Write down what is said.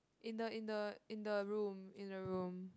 in the in the in the room in the room